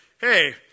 Hey